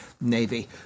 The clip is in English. Navy